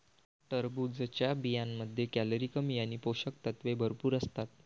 टरबूजच्या बियांमध्ये कॅलरी कमी आणि पोषक तत्वे भरपूर असतात